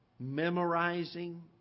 Memorizing